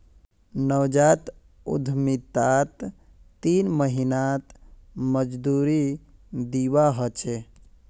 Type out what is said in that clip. नवजात उद्यमितात तीन महीनात मजदूरी दीवा ह छे